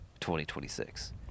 2026